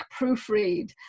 proofread